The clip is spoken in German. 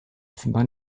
offenbar